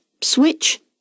Switch